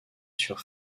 sur